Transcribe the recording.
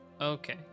okay